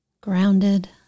Grounded